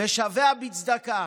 "ושביה בצדקה".